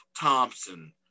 thompson